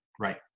Right